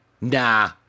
Nah